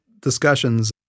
discussions